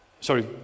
Sorry